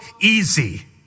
easy